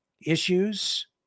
issues